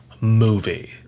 movie